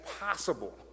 possible